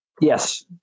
Yes